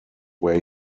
where